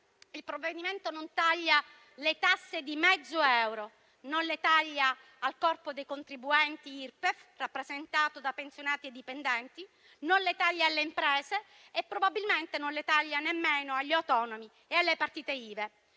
Il provvedimento non taglia le tasse di mezzo euro, non le taglia al corpo dei contribuenti Irpef rappresentato da pensionati e dipendenti, non le taglia alle imprese e probabilmente non le taglia nemmeno agli autonomi e alle partite IVA.